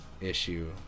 issue